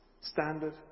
Standard